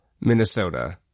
Minnesota